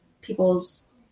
people's